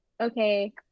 okay